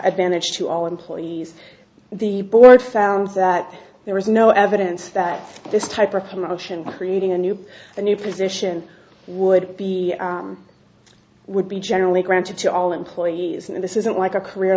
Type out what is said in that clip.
advantage to all employees the board found that there was no evidence that this type of commotion creating a new a new position would be would be generally granted to all employees and this isn't like a career